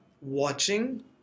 watching